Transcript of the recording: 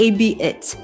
A-B-It